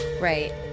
Right